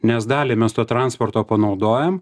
nes dalį mes to transporto panaudojam